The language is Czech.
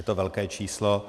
Je to velké číslo.